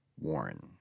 Warren